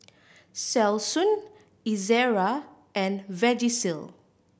Selsun Ezerra and Vagisil